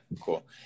cool